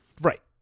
Right